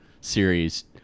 series